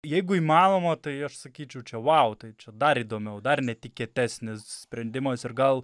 jeigu įmanoma tai aš sakyčiau čia vau tai čia dar įdomiau dar netikėtesnis sprendimas ir gal